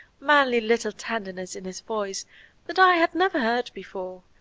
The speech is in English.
manly little tenderness in his voice that i had never heard before,